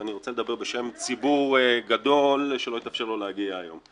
ואני רוצה לדבר בשם ציבור גדול שלא התאפשר לו להגיע היום.